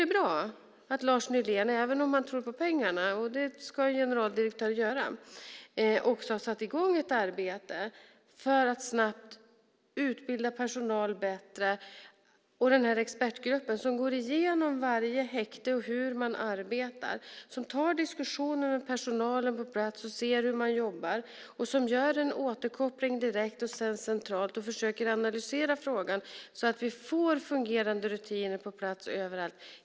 Även om Lars Nylén tror på pengarna - och det ska en generaldirektör göra - tycker jag att det är bra att han också har satt i gång ett arbete för att snabbt utbilda personal bättre. Det finns en expertgrupp som går igenom varje häkte och hur man arbetar. Den tar diskussioner med personalen på plats och ser hur man jobbar. Den gör en återkoppling direkt och centralt och försöker sedan analysera frågan så att vi får fungerande rutiner på plats överallt.